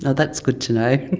ah that's good to know.